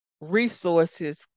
resources